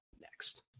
next